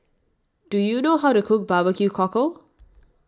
do you know how to cook Barbecue Cockle